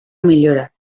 millora